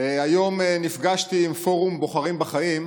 היום נפגשתי עם פורום בוחרים בחיים,